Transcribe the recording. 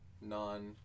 non